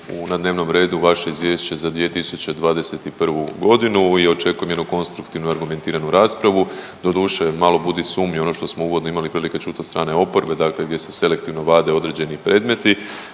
u, na dnevnom redu vaše Izvješće za 2021. g. i očekujem jednu konstruktivnu argumentiranu raspravu. Doduše, malo budi sumnju ono što smo uvodno imali prilike čuti od strane oporbe, dakle gdje se selektivno vade određeni predmeti